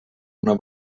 una